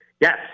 Yes